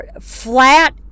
flat